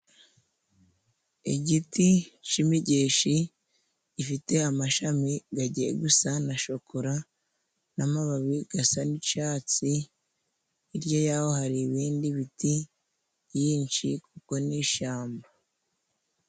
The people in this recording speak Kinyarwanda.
Igiti c'imigeshi gifite amashami gagiye gusa na shokora, n'amababi gasa n'icatsi hirya yaho, hari ibindi biti byinshi kuko ni ishyamba.